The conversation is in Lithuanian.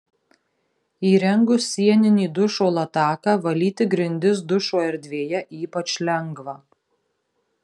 įrengus sieninį dušo lataką valyti grindis dušo erdvėje ypač lengva